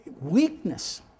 weakness